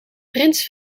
prins